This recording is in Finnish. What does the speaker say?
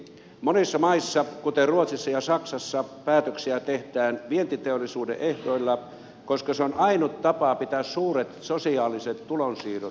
monissa maissa kuten ruotsissa ja saksassa päätöksiä tehdään vientiteollisuuden ehdoilla koska se on ainut tapa pitää suuret sosiaaliset tulonsiirrot käytännössä